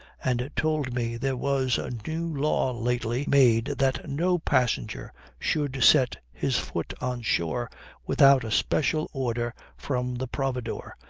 and told me there was a new law lately made that no passenger should set his foot on shore without a special order from the providore,